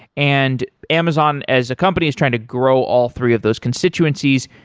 and amazon as a company is trying to grow all three of those constituencies,